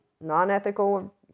non-ethical